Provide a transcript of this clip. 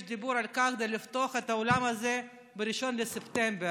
יש דיבור על פתיחת העולם הזה ב-1 בספטמבר,